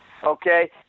Okay